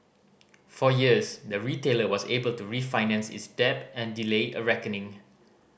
for years the retailer was able to refinance its debt and delay a reckoning